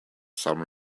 some